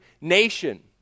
nation